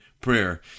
prayer